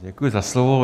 Děkuji za slovo.